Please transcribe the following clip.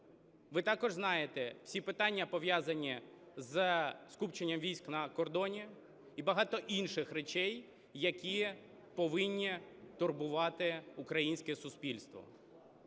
ви також знаєте ці питання, пов'язані із скупченням військ на кордоні, і багато інших речей, які повинні турбувати українське суспільство.